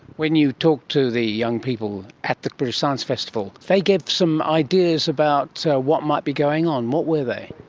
when you talk to the young people at the british science festival, they gave some ideas about so what might be going on. what were they?